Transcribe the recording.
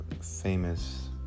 famous